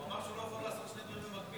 הוא אמר שהוא לא יכול לעשות שני דברים במקביל.